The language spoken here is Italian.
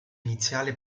iniziale